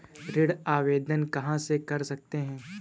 ऋण आवेदन कहां से कर सकते हैं?